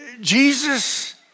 Jesus